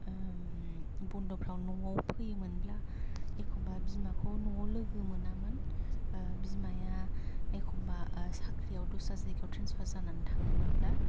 बन्द'फ्राव नआव फैयोमोनब्ला एखम्बा बिमाखौ नआव लोगो मोनामोन बिमाया एखम्बा साख्रियाव दस्रा जायगायाव त्रेन्सफार जानानै थाङोमोनब्ला